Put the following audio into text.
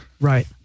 Right